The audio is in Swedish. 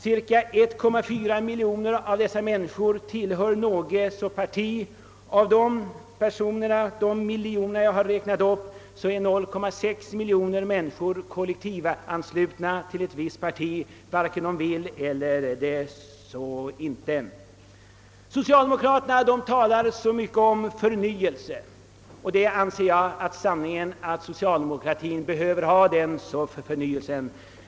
Cirka 1,4 miljon av dessa tillhör något parti och av dem är 0,6 miljon kollektivanslutna till ett visst parti, vare sig de vill vara det eller inte. Socialdemokraterna talar så mycket om förnyelse. Och sanningen är att socialdemokratien behöver förnyelse.